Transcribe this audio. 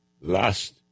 Lust